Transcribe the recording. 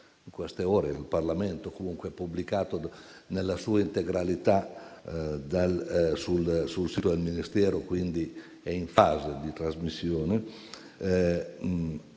prossime ore al Parlamento - risulta pubblicato nella sua integrità sul sito del Ministero e quindi è in fase di trasmissione